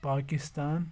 Pakistan